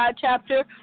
chapter